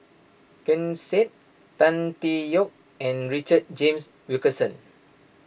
Ken Seet Tan Tee Yoke and Richard James Wilkinson